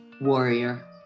Warrior